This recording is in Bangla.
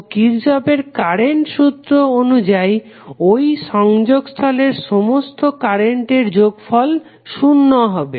তো কির্শফের কারেন্ট সূত্র অনুযায়ী ঐ সংযোগস্থলের সমস্ত কারেন্টের যোগফল শূন্য হবে